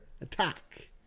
attack